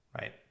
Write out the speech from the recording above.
right